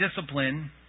discipline